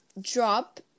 drop